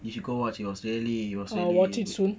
you should go watch it was really it was really good